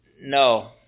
No